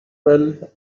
well